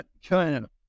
china